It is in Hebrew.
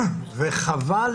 וחבל,